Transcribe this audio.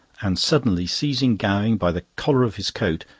and suddenly seizing gowing by the collar of his coat,